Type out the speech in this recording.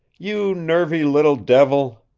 you nervy little devil!